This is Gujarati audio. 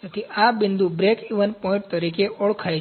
તેથી આ બિંદુ બ્રેકઇવન પોઇન્ટ તરીકે ઓળખાય છે